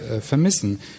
vermissen